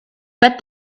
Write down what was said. but